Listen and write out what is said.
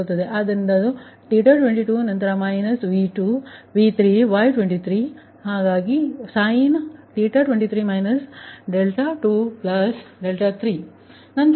ಆದ್ದರಿಂದ ಅದು 22 ನಂತರ ಮೈನಸ್ V2 ನಂತರ V3 ನಂತರ Y23ನಂತರ sin23 23 ಸರಿ